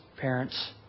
parents